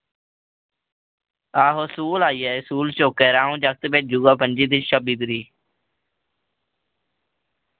आहो सूल आई जाएओ सूल चौकै र अ'ऊं जागत भेजी ओड़गा पंजी दी छब्बी तरीक